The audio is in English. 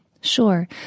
Sure